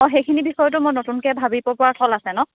অঁ সেইখিনি বিষয়টো মই নতুনকৈ ভাবিব পৰা থল আছে ন